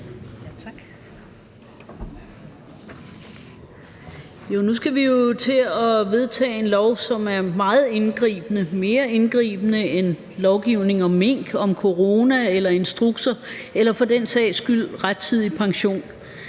Nu skal vi jo til at vedtage en lov, som er meget indgribende – mere indgribende end lovgivningen om mink, om corona eller instrukser eller for den sags skyld rettidig pension.